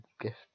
gift